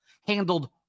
handled